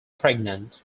pregnant